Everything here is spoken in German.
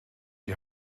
die